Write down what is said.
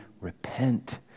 repent